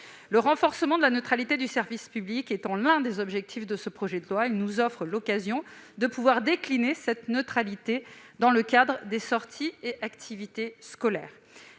Le renforcement de la neutralité du service public étant l'un des objectifs du présent projet de loi, l'occasion nous est ainsi offerte de pouvoir décliner cette neutralité dans le cadre des sorties et activités scolaires.